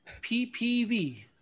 PPV